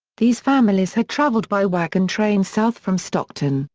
these families had traveled by wagon train south from stockton,